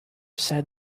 said